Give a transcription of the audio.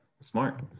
smart